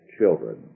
children